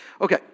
Okay